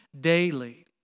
daily